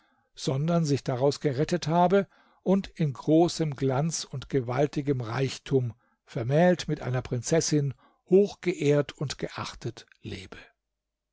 sondern sich daraus gerettet habe und in großem glanz und gewaltigem reichtum vermählt mit einer prinzessin hochgeehrt und geachtet lebe